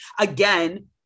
Again